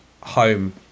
home